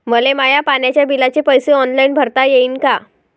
मले माया पाण्याच्या बिलाचे पैसे ऑनलाईन भरता येईन का?